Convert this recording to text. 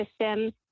system